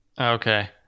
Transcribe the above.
Okay